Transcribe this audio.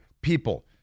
people